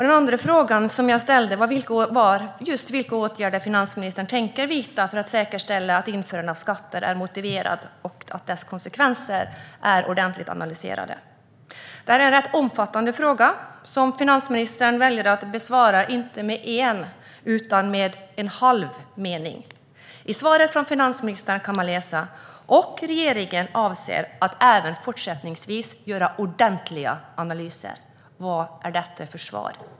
Den andra fråga jag ställde gällde vilka åtgärder finansministern tänker vidta för att säkerställa att införandet av skatter är motiverat och att konsekvenserna är ordentligt analyserade. Det är en rätt omfattande fråga, som finansministern väljer att besvara med inte en utan en halv mening. I svaret från finansministern kan man läsa: "och regeringen avser att även fortsättningsvis göra ordentliga analyser." Vad är detta för svar?